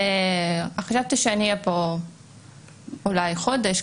חשבתי שאני אהיה פה אולי חודש,